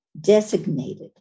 designated